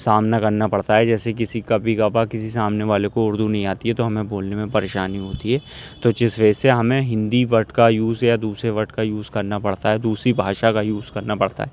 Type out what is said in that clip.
سامنا کرنا پڑتا ہے جیسے کسی کبھی کبھار کسی سامنے والے کو اردو نہیں آتی ہے تو ہمیں بولنے میں پریشانی ہوتی ہے تو جس وجہ سے ہمیں ہندی ورڈ کا یوز یا دوسرے ورڈ کا یوز کرنا پڑتا ہے دوسری بھاشا کا یوز کرنا پڑتا ہے